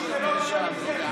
אני